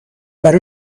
برا